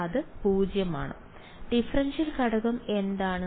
0 differential ഘടകം എന്താണ്